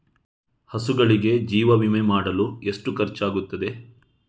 ಹಸುಗಳಿಗೆ ಜೀವ ವಿಮೆ ಮಾಡಲು ಎಷ್ಟು ಖರ್ಚಾಗುತ್ತದೆ?